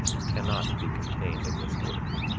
cannot be contained in this work.